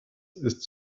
ist